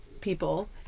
people